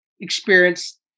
experience